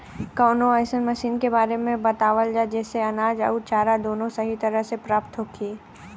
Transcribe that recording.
कवनो अइसन मशीन के बारे में बतावल जा जेसे अनाज अउर चारा दोनों सही तरह से प्राप्त होखे?